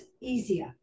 easier